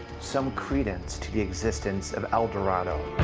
some credence to the existence of el dorado.